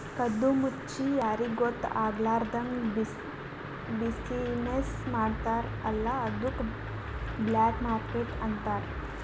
ಕದ್ದು ಮುಚ್ಚಿ ಯಾರಿಗೂ ಗೊತ್ತ ಆಗ್ಲಾರ್ದಂಗ್ ಬಿಸಿನ್ನೆಸ್ ಮಾಡ್ತಾರ ಅಲ್ಲ ಅದ್ದುಕ್ ಬ್ಲ್ಯಾಕ್ ಮಾರ್ಕೆಟ್ ಅಂತಾರ್